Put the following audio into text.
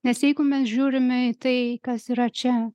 nes jeigu mes žiūrime į tai kas yra čia